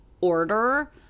order